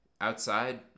outside